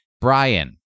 Brian